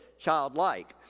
childlike